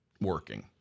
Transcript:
working